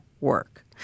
work